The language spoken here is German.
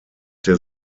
der